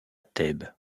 thèbes